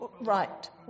Right